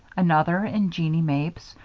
another in jeanie mapes,